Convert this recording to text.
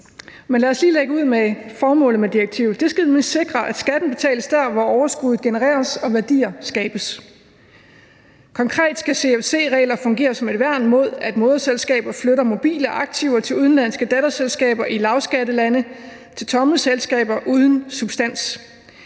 Men lad os lige lægge ud med formålet med direktivet. Det skal nemlig sikre, at skatten betales der, hvor overskuddet genereres og værdier skabes. Konkret skal CFC-regler fungere som et værn mod, at moderselskaber flytter mobile aktiver til udenlandske datterselskaber i lavskattelande, til tomme selskaber uden substans.